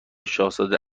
شاهزاده